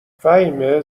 فهیمه